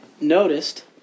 noticed